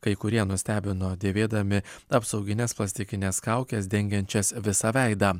kai kurie nustebino dėvėdami apsaugines plastikines kaukes dengiančias visą veidą